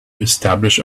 establish